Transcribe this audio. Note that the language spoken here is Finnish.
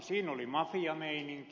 siinä oli mafiameininki